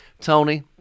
Tony